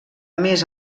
més